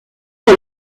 sur